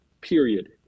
period